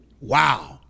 Wow